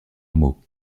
hameaux